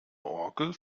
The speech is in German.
orgel